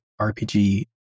RPG